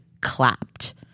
clapped